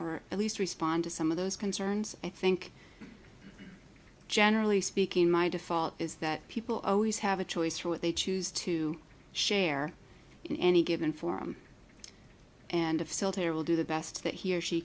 or at least respond to some of those concerns i think generally speaking my default is that people always have a choice for what they choose to share in any given forum and of silt here will do the best that he or she